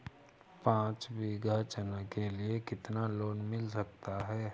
पाँच बीघा चना के लिए कितना लोन मिल सकता है?